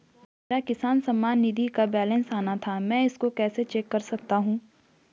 मेरा किसान सम्मान निधि का बैलेंस आना था मैं इसको कैसे चेक कर सकता हूँ?